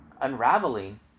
unraveling